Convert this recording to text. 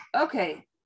okay